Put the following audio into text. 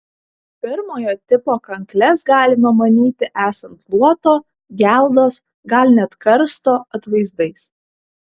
pirmojo tipo kankles galima manyti esant luoto geldos gal net karsto atvaizdais